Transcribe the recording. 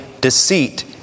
deceit